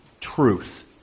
truth